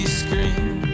screen